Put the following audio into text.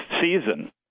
season